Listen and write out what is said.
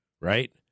right